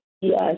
Yes